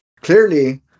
Clearly